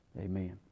amen